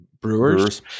Brewers